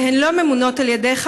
והן לא ממונות על ידיך.